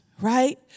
Right